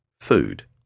Food